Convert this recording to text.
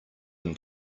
than